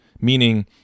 meaning